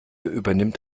übernimmt